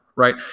right